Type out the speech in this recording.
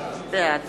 בעד